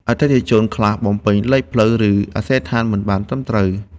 អតិថិជនខ្លះបំពេញលេខផ្លូវ ឬអាសយដ្ឋានមិនបានត្រឹមត្រូវ។